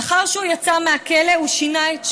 לאחר שהוא יצא מהכלא הוא שינה את שמו,